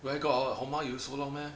where got Honma you use so long meh